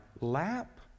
lap